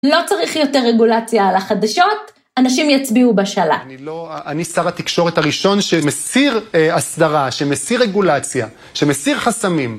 לא צריך יותר רגולציה על החדשות, אנשים יצביעו בשלט. -אני לא... אני שר התקשורת הראשון שמסיר הסדרה, שמסיר רגולציה, שמסיר חסמים